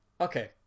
Okay